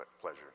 pleasure